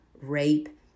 rape